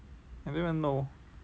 I don't even know